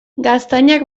gaztainak